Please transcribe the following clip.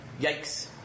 Yikes